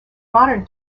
modern